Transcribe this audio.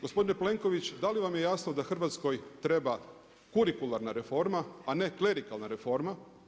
Gospodine Plenković, da li vam je jasno da Hrvatskoj treba kurikularna reforma, a ne klerikalna reforma?